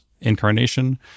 incarnation